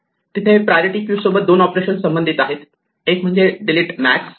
तिथे priority queue सोबत दोन ऑपरेशन संबंधित आहेत एक म्हणजे डिलीट मॅक्स